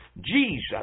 Jesus